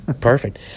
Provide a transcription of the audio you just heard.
Perfect